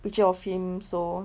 picture of him so